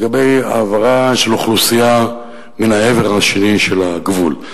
לגבי ההעברה של אוכלוסייה אל העבר השני של הגבול.